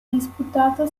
disputato